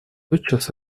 тотчас